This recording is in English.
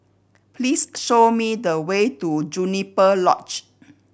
please show me the way to Juniper Lodge